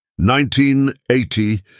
1980